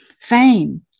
fame